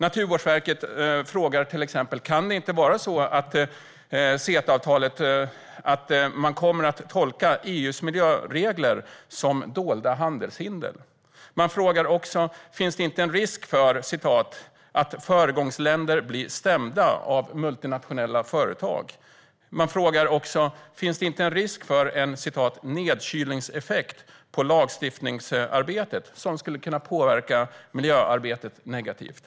Naturvårdsverket frågar till exempel om det inte kan vara så att man i och med CETA-avtalet kommer att tolka EU:s miljöregler som dolda handelshinder. De frågar också om det inte finns en risk för att föregångsländer blir stämda av multinationella företag och om det inte finns en risk för en nedkylningseffekt på lagstiftningsarbetet som skulle kunna påverka miljöarbetet negativt.